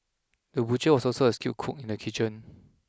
the butcher was also a skilled cook in the kitchen